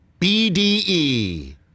BDE